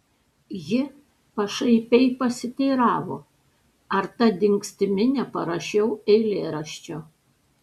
ji pašaipiai pasiteiravo ar ta dingstimi neparašiau eilėraščio